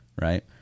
right